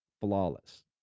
Flawless